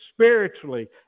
Spiritually